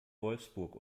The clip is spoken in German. wolfsburg